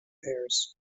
pairs